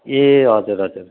ए हजुर हजुर